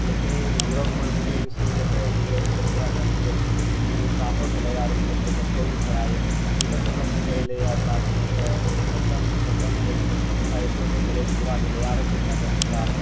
लेकिन हमरो गाँवमे बुजुर्ग सनी जे छै एक दूगो मतलब पूरा टैलेन्टेड छै मने तासो खेलै आओर मतलब बच्चोनी पढ़ाइ हय मतलब दोनो काम करि लिऽ तास सनी ओतऽ ओतऽ मतलब खेलतौ नइ एक दूगो आओर एको एको खेलै तऽ पूरा खेलै हय आरो कुछ नहि बस तास